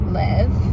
live